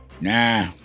Nah